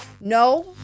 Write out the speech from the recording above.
no